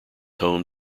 home